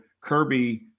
Kirby